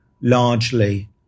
largely